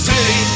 City